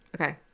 Okay